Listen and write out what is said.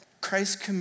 Christ